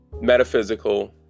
metaphysical